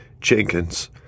Jenkins